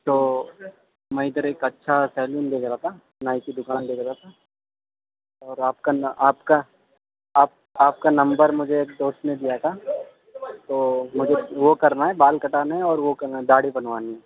تو میں ادھر ایک اچھا سیلون دیکھ رہا تھا نائی کی دکان دیکھ رہا تھا اور آپ کا آپ کا آپ آپ کا نمبر مجھے ایک دوست نے دیا تھا تو مجھے وہ کرنا ہے بال کٹانا ہے اور وہ کرنا ہے ڈاڑھی بنوانی ہے